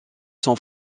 sont